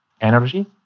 energy